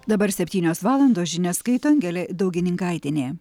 dabar septynios valandos žinias skaito angelė daugininkaitienė